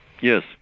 Yes